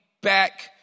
back